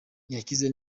yakize